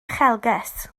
uchelgais